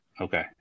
Okay